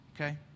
okay